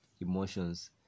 emotions